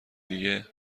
دیگه